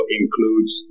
includes